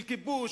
של כיבוש,